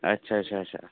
अच्छा अच्छा अच्छा